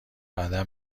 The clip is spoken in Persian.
بعدا